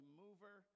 mover